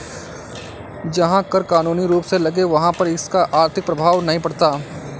जहां कर कानूनी रूप से लगे वहाँ पर इसका आर्थिक प्रभाव नहीं पड़ता